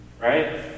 right